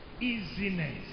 Easiness